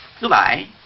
Goodbye